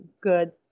good